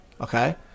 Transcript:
Okay